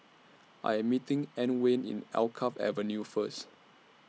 I Am meeting Antwain Alkaff Avenue First